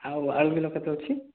ଆଉ ଆଳୁ କିଲୋ କେତେ ଅଛି